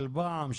של פעם,